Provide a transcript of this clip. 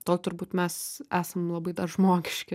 to turbūt mes esam labai dar žmogiški